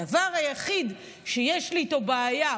הדבר היחיד שיש לי איתו בעיה,